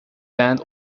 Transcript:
band